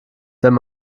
wenn